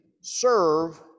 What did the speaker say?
serve